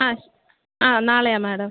ആ ആ നാളെയാണ് മാഡം